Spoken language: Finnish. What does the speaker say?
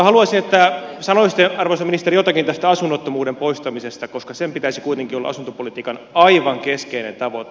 haluaisin että sanoisitte arvoisa ministeri jotakin tästä asunnottomuuden poistamisesta koska sen pitäisi kuitenkin olla asuntopolitiikan aivan keskeinen tavoite